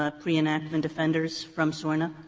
ah pre-enactment offenders from sorna?